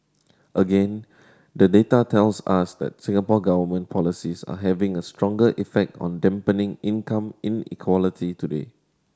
again the data tells us that Singapore Government policies are having a stronger effect on dampening income inequality today